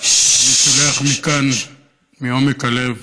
אני שולח מכאן מעומק הלב